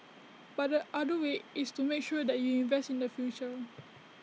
but the other way is to make sure that you invest in the future